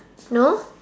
no